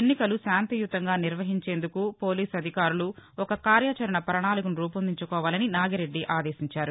ఎన్నికలు శాంతియుతంగా నిర్వహించేందుకు పోలీసు అధికారులు ఒక కార్యాచరణ పణాళికను రూపొందించుకోవాలని నాగిరెడ్డి ఆదేశించారు